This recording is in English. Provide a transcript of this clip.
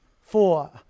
four